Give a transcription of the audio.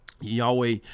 Yahweh